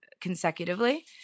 consecutively